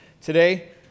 today